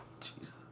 Jesus